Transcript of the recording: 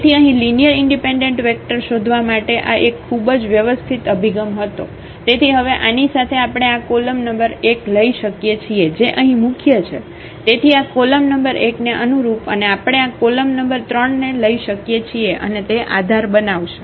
તેથી અહીં linear independent vector શોધવા માટે આ એક ખૂબ વ્યવસ્થિત અભિગમ હતો તેથી હવે આની સાથે આપણે આ કોલમ નંબર 1 લઈ શકીએ છીએ જે અહીં મુખ્ય છે તેથી આ કોલમ નંબર એકને અનુરૂપ અને આપણે આ કોલમ નંબર 3 લઈ શકીએ છીએ અને તે આધાર બનાવશે